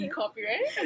copyright